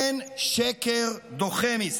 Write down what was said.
אין שקר דוחה מזה.